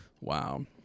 Wow